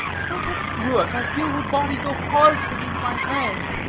if i touch gruach i feel her body go hard beneath my hand,